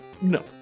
No